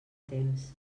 temps